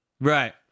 Right